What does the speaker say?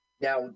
Now